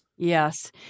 Yes